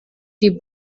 die